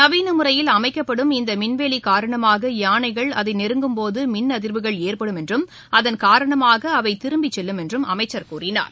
நவீன முறையில் அமைக்கப்படும் இந்த மின்வேலி காரணமாக யானைகள் அதை நெருங்கும்போது மின் அதிர்வுகள் ஏற்படும் என்றும் அதன் காரணமாக அவை திரும்பிச் செல்லும் என்றும் அமைச்சர் கூறினார்